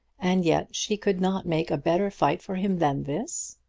and yet she could not make a better fight for him than this!